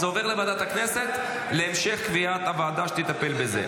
זה עובר לוועדת הכנסת להמשך קביעת הוועדה שתטפל בזה.